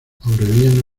aureliano